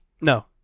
No